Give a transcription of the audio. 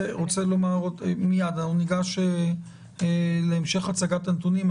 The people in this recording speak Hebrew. מיד ניגש להמשך הצגת הנתונים.